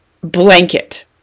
blanket